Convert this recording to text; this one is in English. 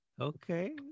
Okay